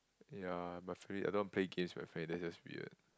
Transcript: ya my family I don't want to play games with my family that's just weird